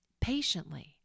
patiently